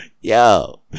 Yo